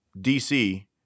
DC